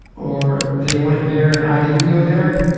or they went there and i didn't go there,